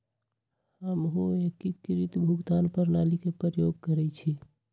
हमहु एकीकृत भुगतान प्रणाली के प्रयोग करइछि